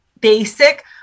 basic